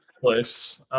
place